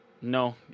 No